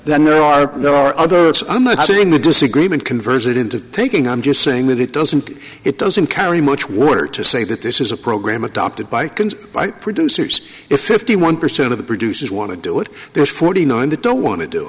then they are there are other i'm missing the disagreement converted into thinking i'm just saying that it doesn't it doesn't carry much water to say that this is a program adopted by by producers if fifty one percent of the producers want to do it because forty nine they don't want to do